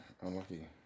Unlucky